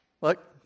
Look